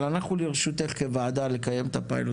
אבל אנחנו לרשותך כוועדה לקיים את הפיילוט.